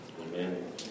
Amen